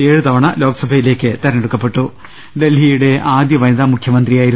ഏഴുതവണ ലോക്സഭയിലേക്ക് തെരഞ്ഞെടുക്കപ്പെട്ടി ഡൽഹിയുടെ ആദ്യവനിതാ മുഖ്യമന്ത്രിയായിരുന്നു